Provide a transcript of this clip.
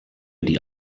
die